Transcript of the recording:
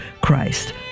Christ